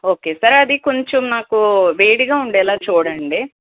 okay sir అది కొంచెం నాకు వేడిగా ఉండేలా చూడండి